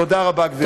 תודה רבה, גברתי.